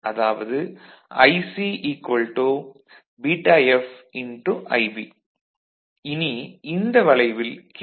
அதாவது IC βF IB இனி இந்த வளைவில் கே